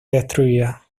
destruidas